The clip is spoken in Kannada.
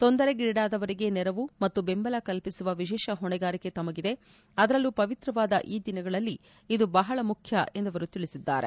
ತೊಂದರೆಗೀಡಾದವರಿಗೆ ನೆರವು ಮತ್ತು ಬೆಂಬಲ ಕಲ್ಲಿಸುವ ವಿಶೇಷ ಹೊಣೆಗಾರಿಕೆ ತಮಗಿದೆ ಅದರಲ್ಲೂ ಪವಿತ್ರವಾದ ಈ ದಿನಗಳಲ್ಲಿ ಇದು ಬಹಳ ಮುಖ್ಯ ಎಂದು ಅವರು ತಿಳಿಸಿದ್ದಾರೆ